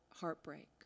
heartbreak